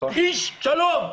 אי שלום,